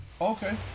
Okay